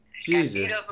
Jesus